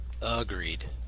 Agreed